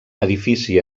edifici